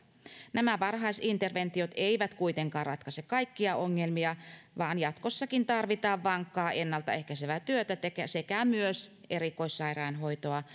nämä varhaisinterventiot eivät kuitenkaan ratkaise kaikkia ongelmia vaan jatkossakin tarvitaan vankkaa ennalta ehkäisevää työtä sekä sekä myös erikoissairaanhoitoa